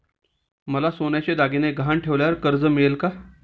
मला सोन्याचे दागिने गहाण ठेवल्यावर कर्ज मिळेल का?